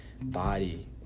body